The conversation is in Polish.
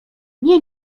nie